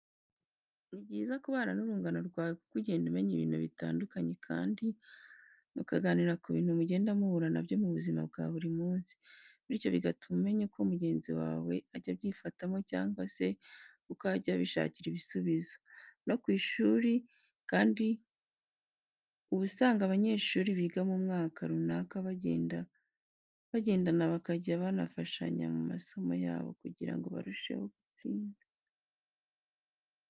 Ni byiza kubana n'urungano rwawe kuko ugenda umenya ibintu bitandukanye kandi mukaganira ku bintu mugenda muhura na byo mu buzima bwa buri munsi, bityo bigatuma umenya uko mugenzi wawe ajya abyifatamo cyangwa se uko ahya abishakira ibisubizo. No ku ishuri kandi uba usanga abanyeshuri biga mu mwaka runaka bagendana bakajya banafashanya mu masomo yabo kugira ngo barusheho gutsinda.